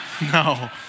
no